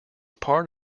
part